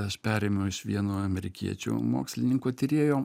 aš perėmiau iš vieno amerikiečių mokslininko tyrėjo